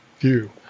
view